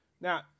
Now